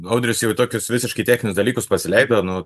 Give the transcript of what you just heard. audris jau tokius visiškai techninius dalykus pasileido nu